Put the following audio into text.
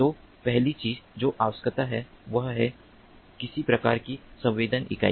तो पहली चीज जो आवश्यक है वह है किसी प्रकार की संवेदन इकाई